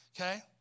okay